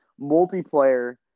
Multiplayer